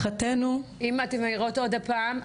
אם אתן מעירות עוד פעם,